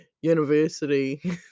university